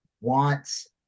wants